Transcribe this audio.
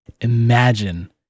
imagine